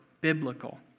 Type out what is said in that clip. biblical